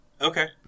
Okay